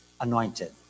anointed